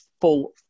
full